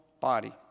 body